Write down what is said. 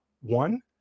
one